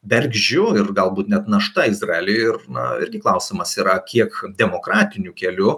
bergždžiu ir galbūt net našta izraeliui ir na irgi klausimas yra kiek demokratiniu keliu